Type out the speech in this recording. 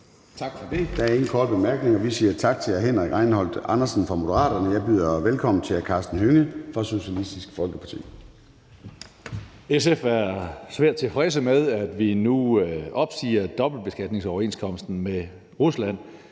Tak for det. Der er ingen korte bemærkninger. Vi siger tak til hr. Henrik Rejnholdt Andersen fra Moderaterne. Jeg byder velkommen til hr. Karsten Hønge fra Socialistisk Folkeparti. Kl. 22:58 (Ordfører) Karsten Hønge (SF): SF er svært tilfredse med, at vi nu opsiger dobbeltbeskatningsoverenskomsten med Rusland.